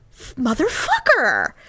motherfucker